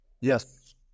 Yes